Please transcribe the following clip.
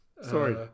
Sorry